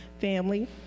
family